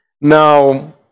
now